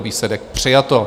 Výsledek: přijato.